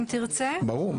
ברור.